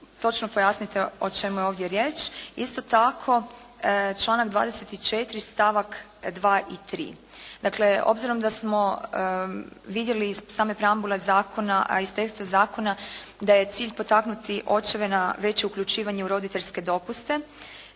točno pojasnite o čemu je ovdje riječ. Isto tako, članak 24. stavak 2. i 3. Dakle, obzirom da smo vidjeli iz same preambule zakona, a iz teksta zakona da je cilj potaknuti očeve na veće uključivanje u roditeljske dopuste.